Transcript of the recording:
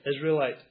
Israelite